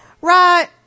right